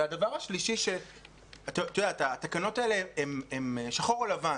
והדבר השלישי, התקנות האלה הן שחור או לבן.